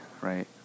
right